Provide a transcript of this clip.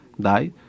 die